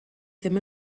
ddim